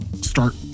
start